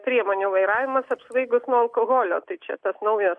priemonių vairavimas apsvaigus nuo alkoholio tai čia tas naujas